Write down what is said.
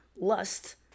lust